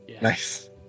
nice